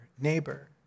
neighbor